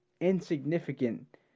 insignificant